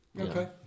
okay